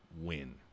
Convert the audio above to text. win